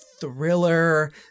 thriller